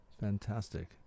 Fantastic